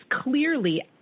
clearly